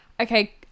Okay